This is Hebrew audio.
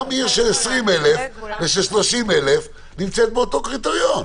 גם עיר של 20,000 תושבים ושל 30,000 נמצאת באותו קריטריון.